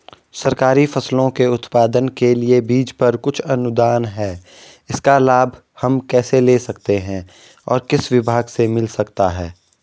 सरकारी फसलों के उत्पादन के लिए बीज पर कुछ अनुदान है इसका लाभ हम कैसे ले सकते हैं और किस विभाग से मिल सकता है?